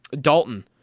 Dalton